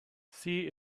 see